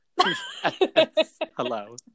Hello